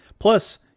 Plus